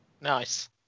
Nice